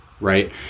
right